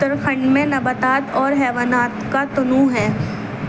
اتراکھنڈ میں نباتات اور حیوانات کا تنوع ہے